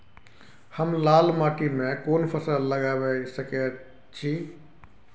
हम लाल माटी में कोन फसल लगाबै सकेत छी?